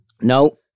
No